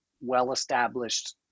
well-established